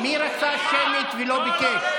מי רצה שמית ולא ביקש?